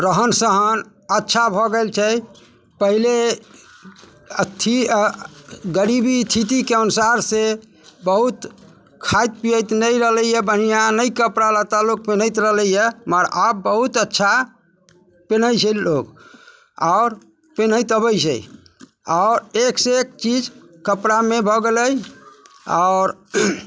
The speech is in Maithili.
रहन सहन अच्छा भऽ गेल छै पहिले अथी गरीबी स्थितिके अनुसार से बहुत खाइत पिएत नहि रहले हँ नहि कपड़ा लत्ता लोक पिनहैत रहले हँ मगर आब बहुत अच्छा पिनहे छै लोक आओर पिनहैत अबै छै आओर एकसँ एक चीज कपड़ामे भऽ गेलै आओर